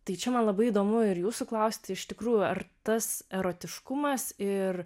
tai čia man labai įdomu ir jūsų klausti iš tikrųjų ar tas erotiškumas ir